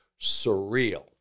surreal